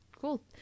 Cool